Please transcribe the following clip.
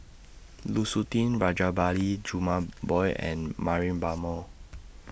Lu Suitin Rajabali Jumabhoy and Mariam Baharom